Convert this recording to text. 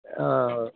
ആ